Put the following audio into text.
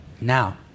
Now